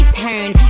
turn